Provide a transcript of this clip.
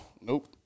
Nope